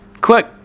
Click